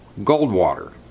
Goldwater